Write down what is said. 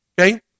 Okay